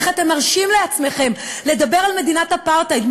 איך אתם מרשים לעצמכם לדבר על מדינת אפרטהייד,